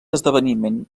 esdeveniment